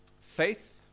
Faith